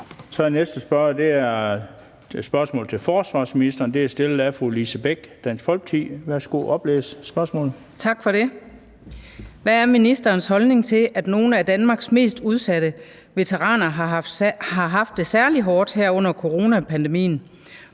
næste spørgsmål er til forsvarsministeren, og det er stillet af fru Lise Bech, Dansk Folkeparti. Kl. 16:13 Spm. nr. S 1356 33) Til forsvarsministeren af: Lise Bech (DF): Hvad er ministerens holdning til, at nogle af Danmarks mest udsatte veteraner har haft det særlig hårdt under coronapandemien,